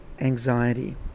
anxiety